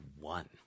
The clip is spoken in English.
one